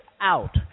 out